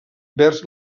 vers